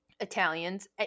italians